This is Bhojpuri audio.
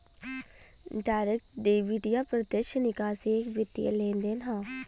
डायरेक्ट डेबिट या प्रत्यक्ष निकासी एक वित्तीय लेनदेन हौ